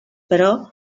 però